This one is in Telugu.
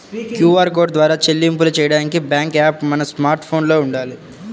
క్యూఆర్ కోడ్ ద్వారా చెల్లింపులు చెయ్యడానికి బ్యేంకు యాప్ మన స్మార్ట్ ఫోన్లో వుండాలి